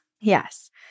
Yes